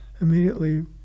immediately